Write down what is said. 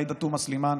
עאידה תומא סלימאן,